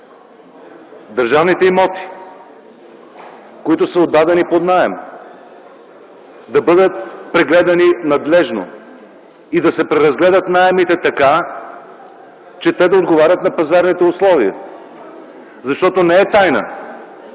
държавните имоти, които са отдадени под наем, да бъдат прегледани надлежно. Наемите да се преразгледат така, че да отговарят на пазарните условия. Защото не е тайна,